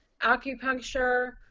acupuncture